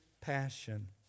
passion